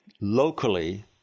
locally